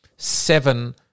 seven